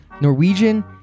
Norwegian